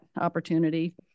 opportunity